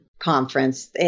conference